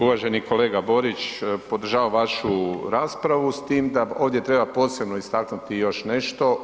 Uvaženi kolega Borić, podržavam vašu raspravu s time da ovdje treba posebno istaknuti još nešto.